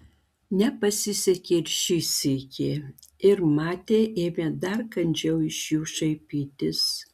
nepasisekė ir šį sykį ir matė ėmė dar kandžiau iš jų šaipytis